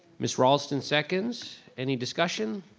ms. raulston seconds, any discussion?